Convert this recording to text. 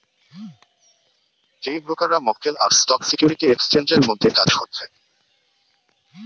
যেই ব্রোকাররা মক্কেল আর স্টক সিকিউরিটি এক্সচেঞ্জের মধ্যে কাজ করছে